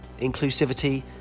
Inclusivity